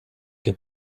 que